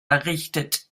errichtet